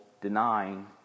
denying